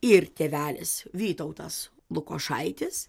ir tėvelis vytautas lukošaitis